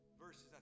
verses